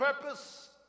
purpose